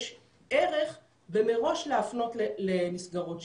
יש ערך מראש להפנות למסגרות שיקום.